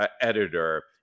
editor